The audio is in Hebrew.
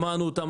שמענו אותם,